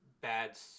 bad